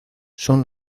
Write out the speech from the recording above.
son